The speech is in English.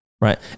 right